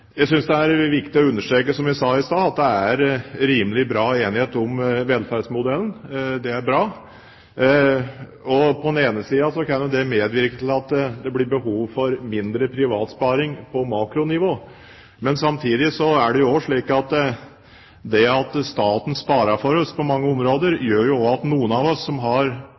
Jeg synes det er viktig å understreke – som jeg sa i stad – at det er rimelig stor enighet om velferdsmodellen. Det er bra. På den ene siden kan jo det medvirke til at det blir behov for mindre privat sparing på makronivå. Samtidig er det også slik at det at staten sparer for oss på mange områder, gjør at noen av oss, som har